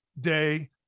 day